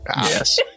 Yes